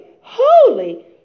holy